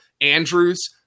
Andrews